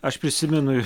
aš prisimenu